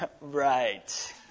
right